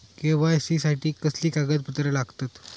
KYC साठी कसली कागदपत्र लागतत?